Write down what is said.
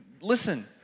Listen